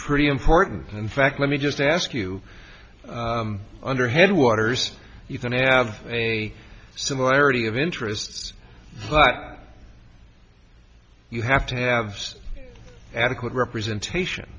pretty important in fact let me just ask you under headwaters you can have a similarity of interest but you have to have adequate representation